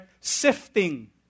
sifting